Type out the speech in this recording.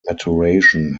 maturation